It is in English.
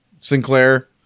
Sinclair